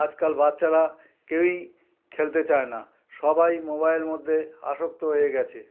আজকাল বাচ্চারা কেউই খেলতে চায় না সবাই মোবাইল মধ্যে আসক্ত হয়ে গেছে